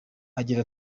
agira